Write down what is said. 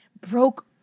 broke